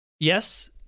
Yes